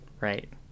right